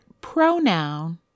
pronoun